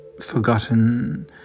forgotten